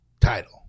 title